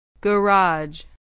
Garage